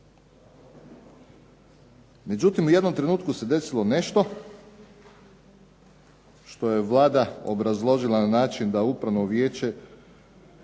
Međutim, u jednom trenutku se desilo nešto što je Vlada obrazložila na način da upravno vijeće